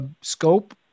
scope